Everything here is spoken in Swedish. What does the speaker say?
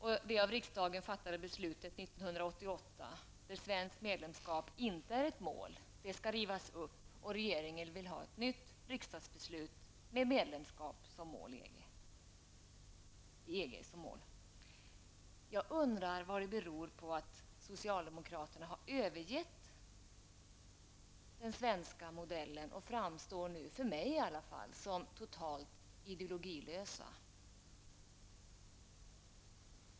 Det av riksdagen fattade beslutet 1988, enligt vilket svenskt medlemskap inte är ett mål, skall rivas upp, och regeringen vill ha ett nytt riksdagsbeslut enligt vilket ett medlemskap i EG skall vara ett mål. Jag undrar vad det beror på att socialdemokraterna har övergett den svenska modellen och nu framstår, åtminstone för mig, som helt ideologilösa?